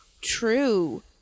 true